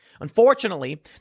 Unfortunately